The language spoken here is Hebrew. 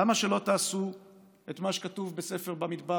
למה שלא תעשו את מה שכתוב בספר במדבר,